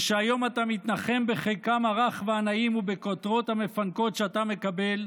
והיום אתה מתנחם בחיקם הרך והנעים ובכותרות המפנקות שאתה מקבל,